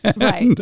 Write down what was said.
Right